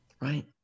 right